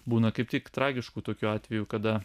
būna kaip tik tragiškų tokių atvejų kada